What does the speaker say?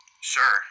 Sure